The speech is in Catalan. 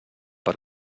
per